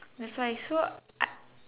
that's why so I